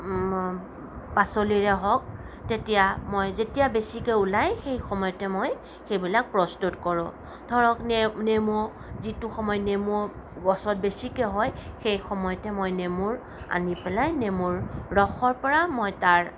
পাচলিৰে হওঁক তেতিয়া মই যেতিয়া বেছিকৈ ওলায় সেই সময়তে মই সেইবিলাক প্ৰস্তুত কৰোঁ ধৰক নে নেমু যিটো সময়ত নেমু গছত বেছিকৈ হয় সেই সময়তে মই নেমুৰ আনি পেলাই নেমুৰ ৰসৰ পৰা মই তাৰ